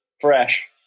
fresh